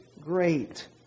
great